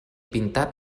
pintat